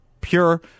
pure